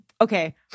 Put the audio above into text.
okay